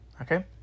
Okay